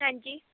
ਹੈਂਜੀ